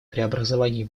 преобразований